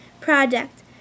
project